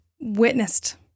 witnessed